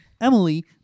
Emily